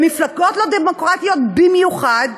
במפלגות לא דמוקרטיות במיוחד,